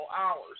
hours